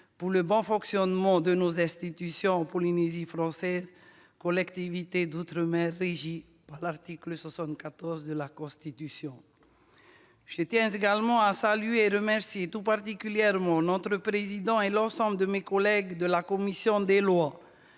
pour le bon fonctionnement de nos institutions en Polynésie française, collectivité d'outre-mer régie par l'article 74 de la Constitution. Je tiens également à saluer et à remercier tout particulièrement le président et l'ensemble de mes collègues de la commission des lois,